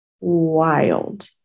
wild